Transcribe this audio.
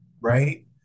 right